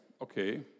Okay